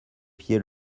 pieds